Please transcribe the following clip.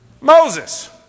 Moses